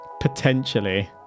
Potentially